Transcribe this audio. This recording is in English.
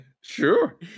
Sure